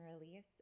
release